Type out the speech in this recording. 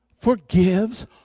forgives